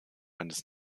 eines